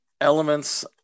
elements